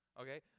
okay